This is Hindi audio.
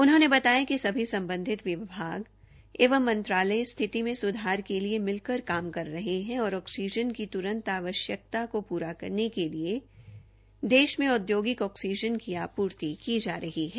उन्होंने बताया कि सभी सम्बधित विभाग एवं मंत्रालय स्थिति में सुधार के लिए मिलकर काम कर रहे है और ऑक्सीजन की त्रंत आवश्यक्ता को पूरा करने के लिए देश मे उदयोगिक ऑक्सीजन की आपूर्ति की जा रही है